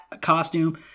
costume